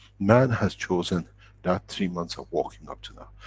man has chosen that, three months of walking up to now.